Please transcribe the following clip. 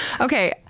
Okay